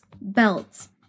belts